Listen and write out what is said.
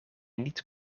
niet